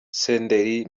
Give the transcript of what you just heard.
senderi